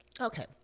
Okay